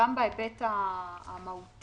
גם בהיבט המהותי,